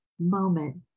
moment